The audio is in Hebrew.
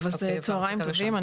צהריים טובים,